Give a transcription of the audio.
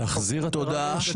תודה.